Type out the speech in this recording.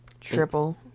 triple